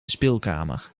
speelkamer